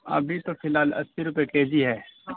ابھی تو فی الحال اسی روپے کے جی ہے